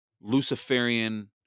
Luciferian